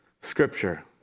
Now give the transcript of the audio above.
scripture